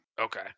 Okay